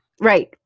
right